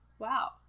Wow